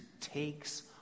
takes